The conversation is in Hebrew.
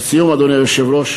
לסיום, אדוני היושב-ראש